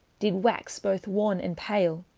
did waxe both wan and pale,